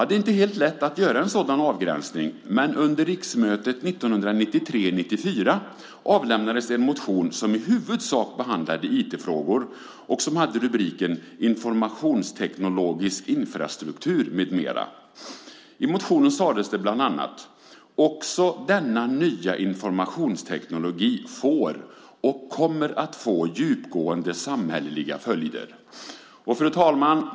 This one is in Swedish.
Det är inte helt lätt att göra en sådan avgränsning, men under riksmötet 1993/94 avlämnades en motion som i huvudsak behandlade IT-frågor och som hade rubriken Informationsteknologisk infrastruktur m.m. . I motionen sades bland annat följande: "Också denna nya informationsteknologi får och kommer att få djupgående samhälleliga följder." Fru talman!